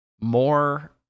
more